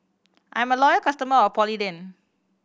I'm a loyal customer of Polident